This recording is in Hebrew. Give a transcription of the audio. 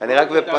אני רק בפתיח.